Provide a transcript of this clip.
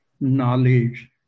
knowledge